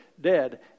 dead